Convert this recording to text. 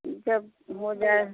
जब हो जाए